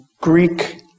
Greek